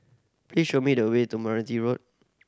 please show me the way to Meranti Road